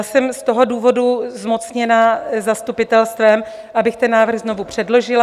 Jsem z toho důvodu zmocněna zastupitelstvem, abych ten návrh znovu předložila.